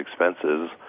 expenses